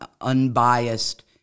unbiased